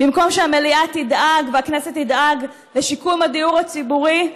במקום שהמליאה תדאג והכנסת תדאג לשיקום הדיור הציבורי,